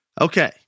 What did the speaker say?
Okay